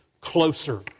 closer